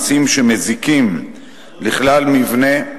מעשים שמזיקים לכלל מבנה,